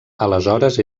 aleshores